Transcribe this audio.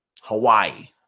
Hawaii